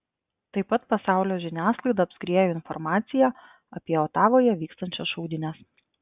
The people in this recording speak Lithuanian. tai pat pasaulio žiniasklaidą apskriejo informacija apie otavoje vykstančias šaudynes